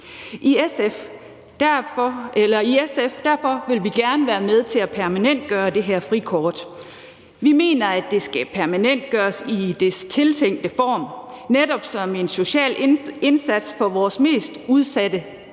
vil vi i SF gerne være med til at permanentgøre det her frikort. Vi mener, at det skal permanentgøres i dets tiltænkte form netop som en social indsats for vores mest udsatte medborgere,